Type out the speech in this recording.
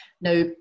Now